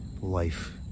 life